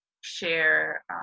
share